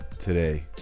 today